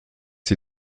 die